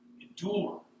Endure